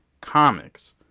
comics